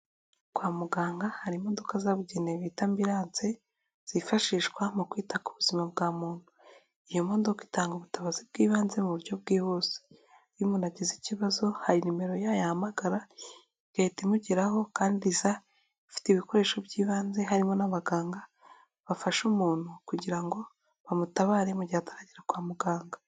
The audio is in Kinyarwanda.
Kwa muganga hari imodoka zabugenewe bita ambilanse zifashishwa mu kwita ku buzima bwa muntu. Iyo modoka itanga ubutabazi bw'ibanze mu buryo bwihuse. Iyo umuntu agize ikibazo hari nimero yayo yahamagara, igahita imugeraho kandi iza ifite ibikoresho by'ibanze harimo n'abaganga, bafasha umuntu kugira ngo bamutabare mu gihe ataragera kwa muganga.